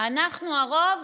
אנחנו הרוב,